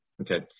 Okay